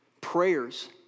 prayers